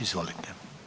Izvolite.